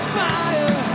fire